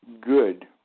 good